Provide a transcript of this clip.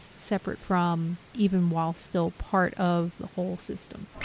separate from even while still part of the whole system.